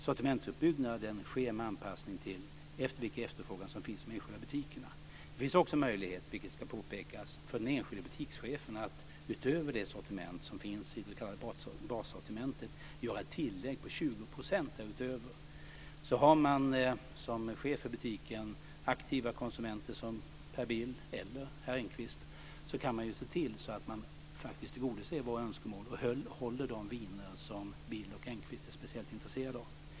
Sortimentsuppbyggnaden sker med anpassning till vilken efterfrågan som finns i de enskilda butikerna. Det finns också möjlighet - vilket ska påpekas - för den enskilda butikschefen att utöver det sortiment som finns i det s.k. bassortimentet göra ett tillägg på 20 %. Har man som chef för butiken aktiva konsumenter som Per Bill eller herr Engqvist så kan man ju se till att man faktiskt tillgodoser våra önskemål och håller de viner som Bill och Engqvist är speciellt intresserade av.